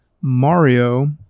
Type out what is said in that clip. mario